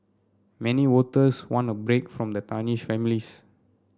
many voters want a break from the tarnished families